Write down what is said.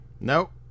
Nope